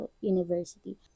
University